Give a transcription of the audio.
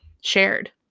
shared